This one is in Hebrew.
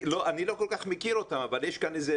אני לא כל כך מכיר אותם, אבל יש כאן איזה..